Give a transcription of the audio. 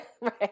right